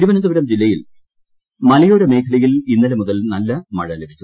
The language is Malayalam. തിരുവനന്തപുരം ജില്ലയിൽ മലയോരമേഖലയിൽ ഇന്നലെ മുതൽ നല്ല മഴ ലഭിച്ചു